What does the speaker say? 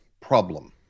problem